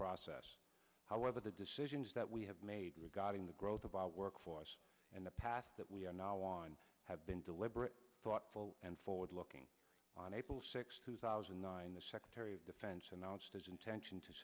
process however the decisions that we have made regarding the growth of our workforce and the path that we are now on have been deliberate thoughtful and forward looking on april sixth two thousand and nine the secretary fence announced his intention to